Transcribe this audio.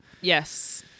yes